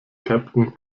captain